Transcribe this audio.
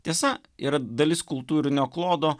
tiesa yra dalis kultūrinio klodo